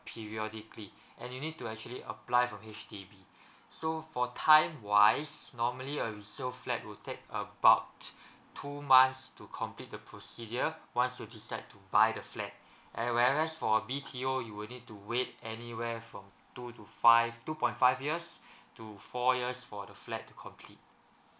periodically and it need to actually apply from H_D_B so for time wise normally a resale flat will take about two months to complete the procedure once you decide to buy the flat and whereas for a B_T_O you will need to wait anywhere from two to five two point five years to four years for the flat to complete